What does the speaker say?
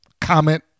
comment